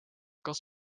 kas